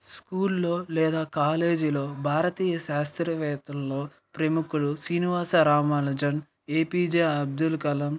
స్కూల్లో లేదా కాలేజీలో భారతీయ శాస్త్రవేత్తలలో ప్రముఖులు Srinivasa Ramanujan A P J Abdul Kalam